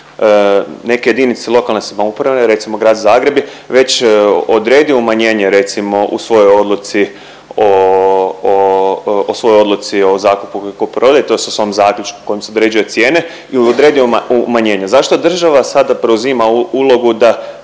Neke jedinice lokalne samouprave, recimo grad Zagreb je već odredio umanjenje recimo u svojoj odluci o, o, u svojoj odluci o zakupu i kupoprodaji tj. u svom zaključku kojom se određuju cijene i odredio umanjenje. Zašto država sada preuzima ulogu da,